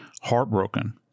heartbroken